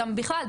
גם בכלל,